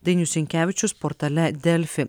dainius sinkevičius portale delfi